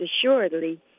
assuredly